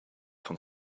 von